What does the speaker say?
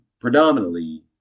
predominantly